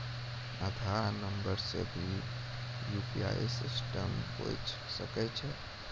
आधार नंबर से भी यु.पी.आई सिस्टम होय सकैय छै?